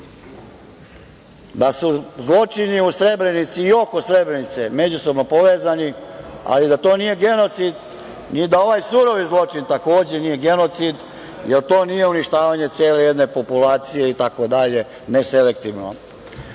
da su zločini u Srebrenici i oko Srebrenice međusobno povezani, ali da to nije genocid, ni da ovaj surovi zločin takođe nije genocid, jer to nije uništavanje cele jedne populacije i tako dalje, neselektivno.